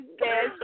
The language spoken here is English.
yes